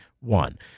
one